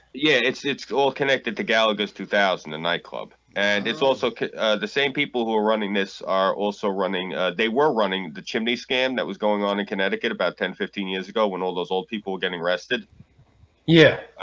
yeah, it's it's all connected to gallagher's two thousand and nine club and it's also the same people who are running this are also running they were running the chimney scam that was going on in connecticut about ten fifteen years ago when all those old people were getting arrested yeah,